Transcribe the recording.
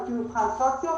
לפי מבחן סוציו,